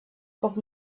poc